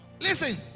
Listen